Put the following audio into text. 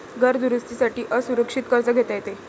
घर दुरुस्ती साठी असुरक्षित कर्ज घेता येते